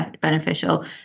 beneficial